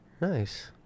nice